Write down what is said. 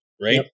right